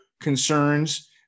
concerns